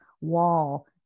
wall